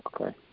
okay